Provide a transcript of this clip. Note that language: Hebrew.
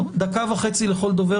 הורים כועסת לעמוד מול ביתה של